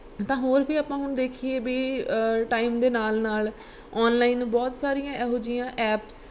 ਤਾਂ ਹੋਰ ਵੀ ਆਪਾਂ ਹੁਣ ਦੇਖੀਏ ਵੀ ਟਾਈਮ ਦੇ ਨਾਲ ਨਾਲ ਔਨਲਾਈਨ ਬਹੁਤ ਸਾਰੀਆਂ ਇਹੋ ਜਿਹੀਆਂ ਐਪਸ